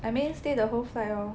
I mean stay the whole flight lor